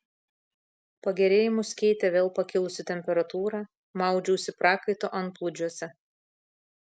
pagerėjimus keitė vėl pakilusi temperatūra maudžiausi prakaito antplūdžiuose